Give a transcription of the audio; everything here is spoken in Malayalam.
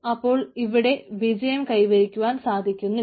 അപ്പോൾ ഇവിടെ വിജയം കൈവരിക്കുവാൻ സാധിക്കുന്നില്ല